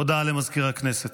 הודעה למזכיר הכנסת.